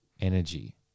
energy